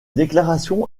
déclaration